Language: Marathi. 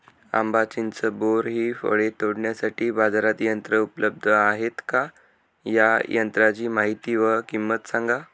आंबा, चिंच, बोर हि फळे तोडण्यासाठी बाजारात यंत्र उपलब्ध आहेत का? या यंत्रांची माहिती व किंमत सांगा?